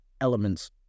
elements